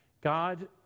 God